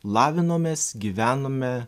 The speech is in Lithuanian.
lavinomės gyvenome